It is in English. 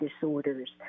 disorders